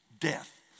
Death